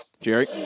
Jerry